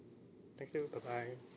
thank you bye bye